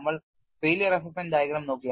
നമ്മൾ പരാജയം വിലയിരുത്തൽ ഡയഗ്രം നോക്കി